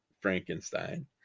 Frankenstein